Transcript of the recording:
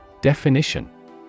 Definition